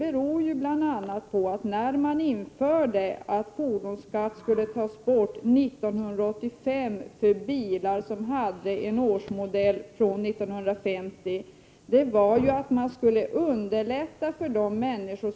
1988/89:110 även tidigare år, är ju att man 1985 beslöt att bilar av årsmodell 1950 och 9 maj 1989 tidigare inte behövde betala fordonsskatt.